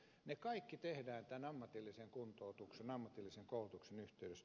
ne kaikki tehdään tämän ammatillisen kuntoutuksen ammatillisen koulutuksen yhteydessä